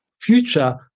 future